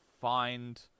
find